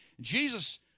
Jesus